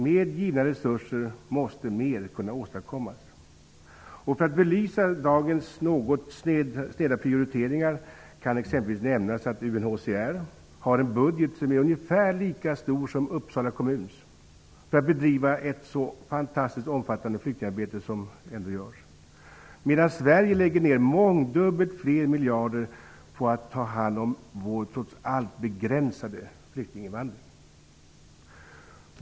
Med givna resurser måste mer kunna åstadkommas. För att belysa dagens något sneda prioriteringar kan exempelvis nämnas att UNHCR har en budget som är ungefär lika stor som Uppsala kommuns för att bedriva ett så fantastiskt omfattande flyktingarbete som ändå görs. Sverige lägger å sin sida ner mångdubbelt fler miljarder på att ta hand om vår trots allt begränsade flyktinginvandring.